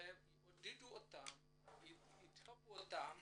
לעודד ולדחוף אותם